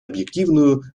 объективную